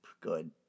Good